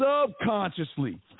subconsciously